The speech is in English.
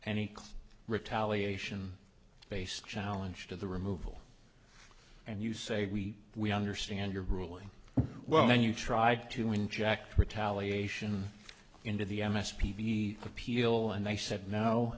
class retaliation based challenge to the removal and you say we we understand your ruling well then you tried to inject retaliation into the m s p v appeal and they said no